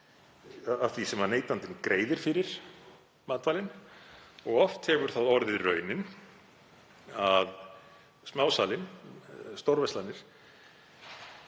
í því sem neytandinn greiðir fyrir matvælin. Oft hefur það orðið raunin að smásalinn, stórverslanirnar